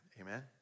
amen